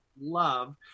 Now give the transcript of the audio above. love